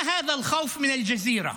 להלן תרגומם: מה הפחד הזה מאל-ג'זירה?